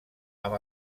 amb